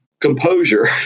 composure